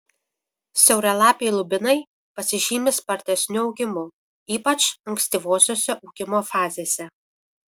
siauralapiai lubinai pasižymi spartesniu augimu ypač ankstyvosiose augimo fazėse